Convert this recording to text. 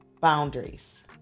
boundaries